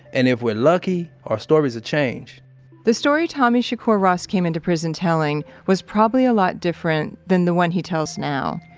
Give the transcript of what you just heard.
and if we're lucky, our stories will change the story tommy shakur ross came into prison telling was probably a lot different than the one he tells now.